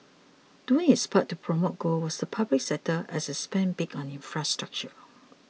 doing its part to promote growth was the public sector as it spent big on infrastructure